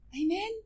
Amen